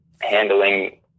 handling